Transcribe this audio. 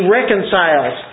reconciles